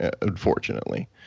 unfortunately